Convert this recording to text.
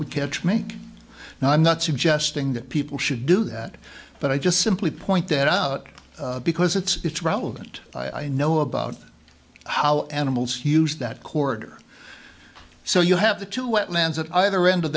we catch me now i'm not suggesting that people should do that but i just simply point that out because it's relevant i know about how animals use that corridor so you have the two wetlands at either end of